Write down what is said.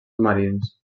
marins